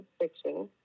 fiction